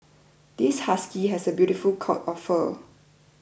this husky has a beautiful coat of fur